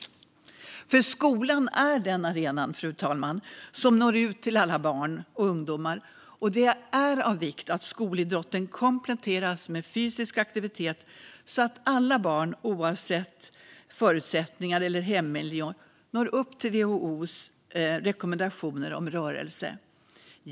Fru talman! Skolan är den arena som når ut till alla barn och ungdomar, och det är av vikt att skolidrotten kompletteras med fysisk aktivitet så att alla barn, oavsett förutsättningar eller hemmiljö, når upp till WHO:s rekommendationer om rörelse.